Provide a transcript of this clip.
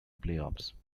playoffs